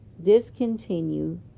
Discontinue